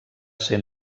ser